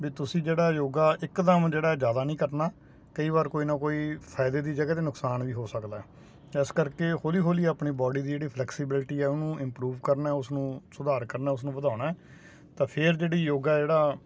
ਵੀ ਤੁਸੀਂ ਜਿਹੜਾ ਯੋਗਾ ਇਕਦਮ ਜਿਹੜਾ ਜਿਆਦਾ ਨਹੀਂ ਕਰਨਾ ਕਈ ਵਾਰ ਕੋਈ ਨਾ ਕੋਈ ਫਾਇਦੇ ਦੀ ਜਗਹਾ ਤੇ ਨੁਕਸਾਨ ਵੀ ਹੋ ਸਕਦਾ ਇਸ ਕਰਕੇ ਹੌਲੀ ਹੌਲੀ ਆਪਣੀ ਬਾਡੀ ਦੀ ਜਿਹੜੀ ਫਲੈਕਸੀਬਿਲਿਟੀ ਆ ਉਹਨੂੰ ਇਮਪਰੂਵ ਕਰਨਾ ਉਸਨੂੰ ਸੁਧਾਰ ਕਰਨਾ ਉਸਨੂੰ ਵਧਾਉਣਾ ਤਾਂ ਫਿਰ ਜਿਹੜੀ ਯੋਗਾ ਜਿਹੜਾ